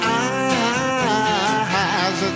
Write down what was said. eyes